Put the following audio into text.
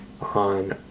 on